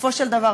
בסופו של דבר,